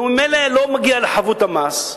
ממילא זה לא מגיע לחבות המס.